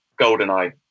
Goldeneye